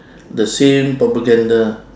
the same propaganda